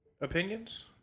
Opinions